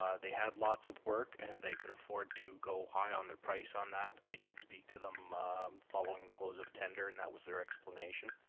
they had lots of work and they could afford to go high on their price on that. i did speak to them following close of tender and that was their explanation.